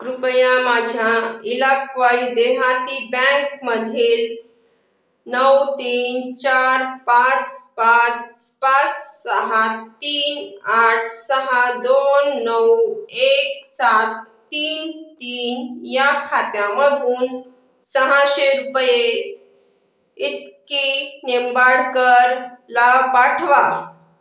कृपया माझ्या इलाकवायी देहाती बँकमधील नौ तीन चार पाच पाच पाच सहा तीन आठ सहा दोन नऊ एक सात तीन तीन या खात्यामधून सहाशे रुपये इतकी निंबाडकरला पाठवा